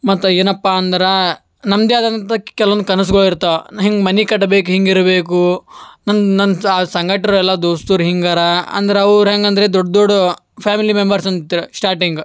ಮತ್ತು ಏನಪ್ಪ ಅಂದ್ರೆ ನಮ್ಮದೇ ಆದಂಥ ಕೆಲವೊಂದು ಕನಸ್ಗಳು ಇರ್ತವೆ ನಾನು ಹಿಂಗೆ ಮನೆ ಕಟ್ಬೇಕು ಹೀಗಿರ್ಬೇಕು ನನ್ನ ನನ್ನ ಸಂಘಟರೆಲ್ಲ ದೋಸ್ತರು ಹೀಗರಾ ಅಂದ್ರೆ ಅವ್ರು ಹೇಗಂದ್ರೆ ದೊಡ್ಡ ದೊಡ್ಡ ಫ್ಯಾಮಿಲಿ ಮೆಂಬರ್ಸಂತ ಸ್ಟಾರ್ಟಿಂಗು